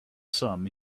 sum